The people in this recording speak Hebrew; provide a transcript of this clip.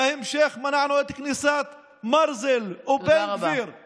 ובהמשך מנענו את כניסת מרזל ובן גביר, תודה רבה.